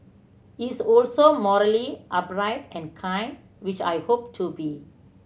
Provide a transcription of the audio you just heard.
he's also morally upright and kind which I hope to be